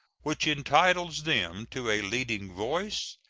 which entitles them to a leading voice,